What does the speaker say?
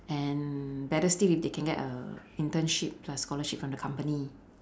and better still if they can get a internship plus scholarship from the company